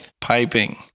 piping